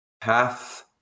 path